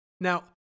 Now